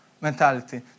mentality